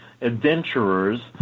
adventurers